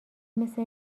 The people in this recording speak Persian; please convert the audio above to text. مثل